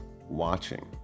watching